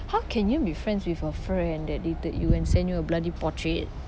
how can you be friends with a friend that dated you and send you a bloody portrait